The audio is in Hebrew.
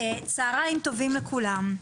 צהריים טובים לכולם.